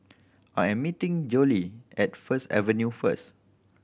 I am meeting Jolie at First Avenue first